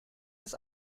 das